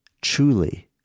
truly